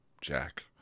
Jack